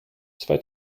zwei